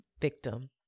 victim